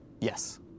Yes